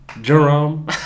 Jerome